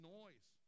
noise